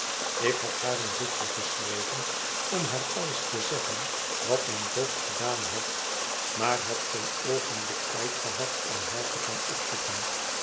ik had haar een briefje geschreven om haar alles te zeggen wat mijn voogd gedaan had maar had geen oogenblik tijd gehad om haar te gaan opzoeken